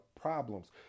problems